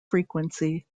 frequency